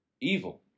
evil